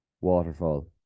waterfall